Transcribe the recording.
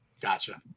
Gotcha